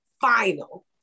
final